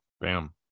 bam